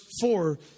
four